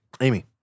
Amy